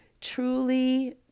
truly